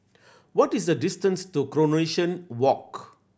what is the distance to Coronation Walk